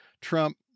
Trump